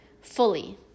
fully